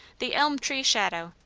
the elm-tree shadow,